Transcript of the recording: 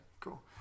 cool